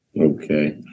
Okay